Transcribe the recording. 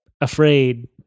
afraid